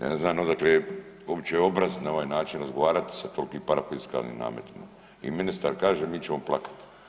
Ja ne znam odakle je uopće obraz na ovaj način razgovarati sa tolikim parafiskalnim nametima i ministar kaže mi ćemo plakat.